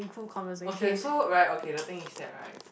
okay so right okay the thing is that right